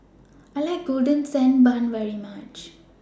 I like Golden Sand Bun very much